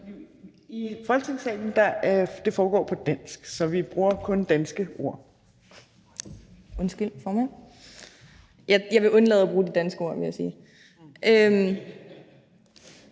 I Folketingssalen foregår det på dansk, så vi bruger kun danske ord). Undskyld, formand. Jeg vil undlade at bruge det danske ord, vil jeg sige. Men